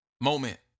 moment